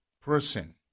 person